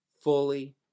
fully